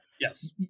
Yes